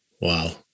Wow